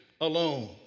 alone